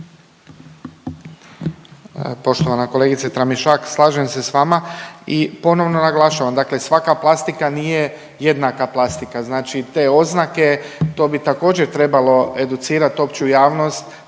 Poštovana kolegice Tramišak slažem se sa vama i ponovno naglašavam, dakle svaka plastika nije jednaka plastika. Znači, te oznake to bi također trebalo educirati opću javnost